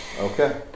Okay